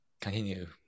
continue